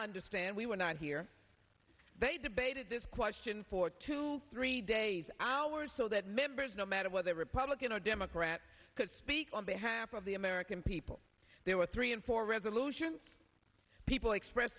understand we were not here they debated this question for two or three days hours so that members no matter whether republican or democrat could speak on behalf of the american people there were three and four resolutions people express